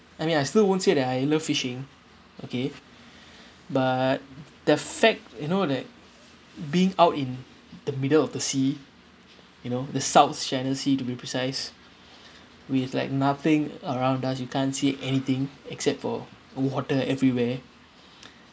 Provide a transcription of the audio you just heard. I mean I still won't say that I love fishing okay but the fact you know like being out in the middle of the sea you know the south china sea to be precise with like nothing around us you can't see anything except for water everywhere